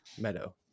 Meadow